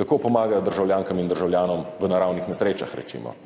Kako pomagajo državljankam in državljanom v naravnih nesrečah, recimo?